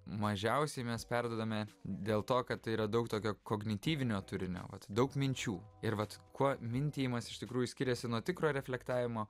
mažiausiai mes perduodame dėl to kad tai yra daug tokio kognityvinio turinio vat daug minčių ir vat kuo mintijimas iš tikrųjų skiriasi nuo tikro reflektavimo